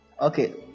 okay